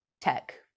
tech